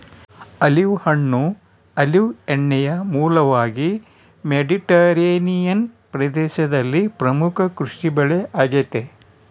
olive ಹಣ್ಣು olive ಎಣ್ಣೆಯ ಮೂಲವಾಗಿ ಮೆಡಿಟರೇನಿಯನ್ ಪ್ರದೇಶದಲ್ಲಿ ಪ್ರಮುಖ ಕೃಷಿಬೆಳೆ ಆಗೆತೆ